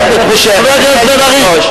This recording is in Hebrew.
חבר הכנסת בן-ארי.